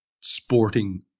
sporting